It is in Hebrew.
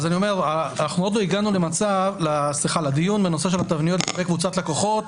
עוד לא הגענו לדיון בנושא תבניות וקבוצות לקוחות,